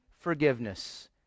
forgiveness